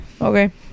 Okay